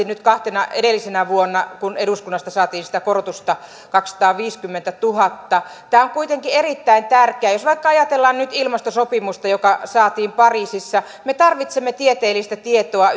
nyt kahtena edellisenä vuonna kun eduskunnasta saatiin sitä korotusta kaksisataaviisikymmentätuhatta tämä on kuitenkin erittäin tärkeää jos vaikka ajatellaan nyt ilmastosopimusta joka saatiin pariisissa me tarvitsemme tieteellistä tietoa